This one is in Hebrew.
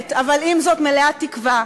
זועמת אבל עם זאת מלאה תקווה,